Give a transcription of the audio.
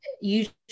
usually